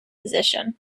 position